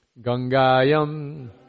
Gangayam